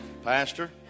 Pastor